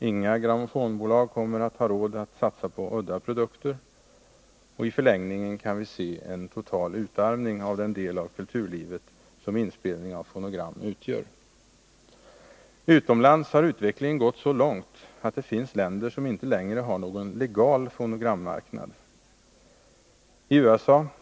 Inga grammofonbolag kommer att ha råd att satsa på udda produkter. I förlängningen kan vi se en total utarmning av den del av kulturlivet som inspelning av fonogram utgör. Utomlands har utvecklingen gått så långt, att det finns länder som inte längre har någon legal fonogrammarknad.